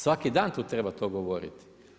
Svaki dan tu treba to govoriti.